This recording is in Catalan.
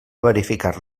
verificar